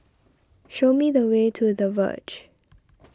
show me the way to the Verge